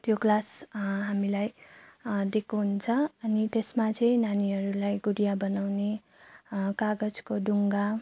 त्यो क्लास हामीलाई दिएको हुन्छ अनि त्यसमा चाहिँ नानीहरूलाई गुडिया बनाउने कागजको डुङ्गा